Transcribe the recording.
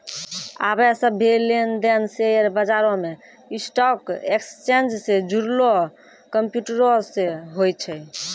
आबे सभ्भे लेन देन शेयर बजारो मे स्टॉक एक्सचेंज से जुड़लो कंप्यूटरो से होय छै